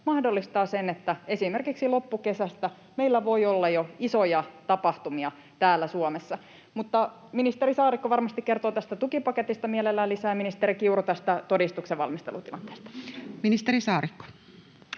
mahdollistaa sen, että esimerkiksi loppukesästä meillä voi olla jo isoja tapahtumia täällä Suomessa. Mutta ministeri Saarikko varmasti kertoo tästä tukipaketista mielellään lisää ja ministeri Kiuru tästä todistuksen valmistelutilanteesta. [Speech 75]